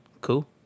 Cool